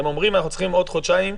הם אומרים: אנחנו צריכים עוד חודשיים.